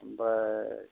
ओ